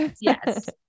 Yes